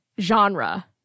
genre